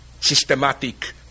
systematic